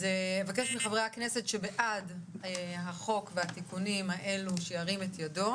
אני מבקשת מחברי הכנסת שבעד החוק והתיקונים האלה להרים את ידו.